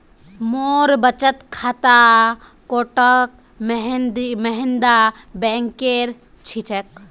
मोर बचत खाता कोटक महिंद्रा बैंकेर छिके